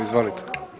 Izvolite.